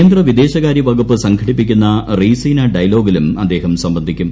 കേന്ദ്ര വിദേശകാരൃവകുപ്പ് സംഘടിപ്പിക്കുന്ന റെയ്സിനാ ഡയലോഗിലും അദ്ദേഹം സംബന്ധിക്കും